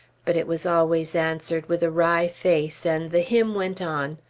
but it was always answered with a wry face, and the hymn went on.